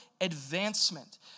advancement